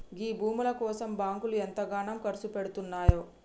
గీ భూముల కోసం బాంకులు ఎంతగనం కర్సుపెడ్తున్నయో